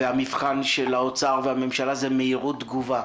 והמבחן של משרד האוצר והממשלה הוא מהירות תגובה.